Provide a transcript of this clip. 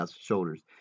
shoulders